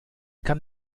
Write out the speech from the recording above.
kann